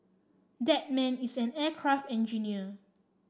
that man is an aircraft engineer